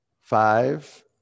five